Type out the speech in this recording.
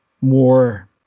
more